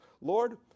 Lord